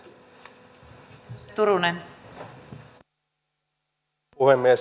arvoisa puhemies